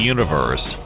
Universe